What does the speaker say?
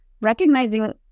recognizing